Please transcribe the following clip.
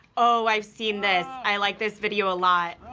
oh, i've seen this. i like this video a lot.